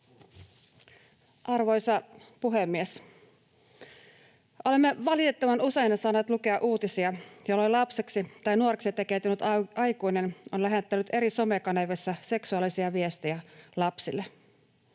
Arvoisa puhemies! Olemme valitettavan usein saaneet lukea uutisia, joissa lapseksi tai nuoreksi tekeytynyt aikuinen on lähettänyt eri somekanavissa seksuaalisia viestejä lapsille.